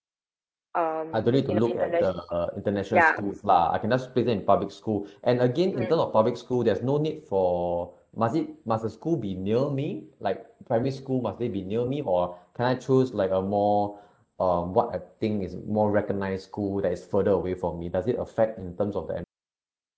I don't need to look at the international schools lah I can just place them in public school and again in terms of public school there's no need for must it must the school be near me like primary school must they be near me or can I choose like a more um what I think is more recognised school that is further away from me does it affect in terms of the en~